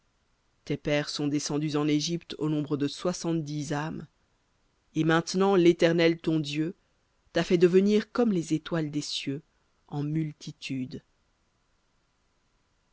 tes pères sont descendus en égypte au nombre de soixante-dix âmes et maintenant l'éternel ton dieu t'a fait devenir comme les étoiles des cieux en multitude